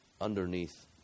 underneath